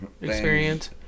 experience